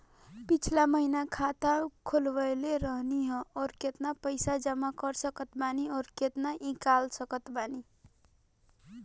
पिछला महीना खाता खोलवैले रहनी ह और अब केतना पैसा जमा कर सकत बानी आउर केतना इ कॉलसकत बानी?